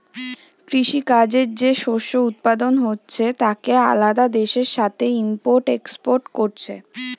কৃষি কাজে যে শস্য উৎপাদন হচ্ছে তাকে আলাদা দেশের সাথে ইম্পোর্ট এক্সপোর্ট কোরছে